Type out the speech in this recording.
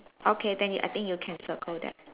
okay then I think you can circle that